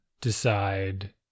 decide